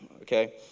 okay